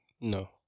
No